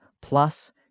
plus